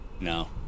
No